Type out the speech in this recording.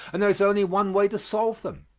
and there is only one way to solve them.